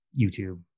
YouTube